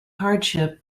hardship